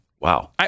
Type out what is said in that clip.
Wow